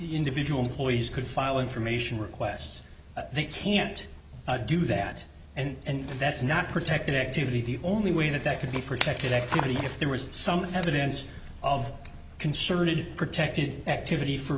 individual employees could file information requests they can't do that and that's not protected activity the only way that that could be protected activity is if there was some evidence of concerted protected activity for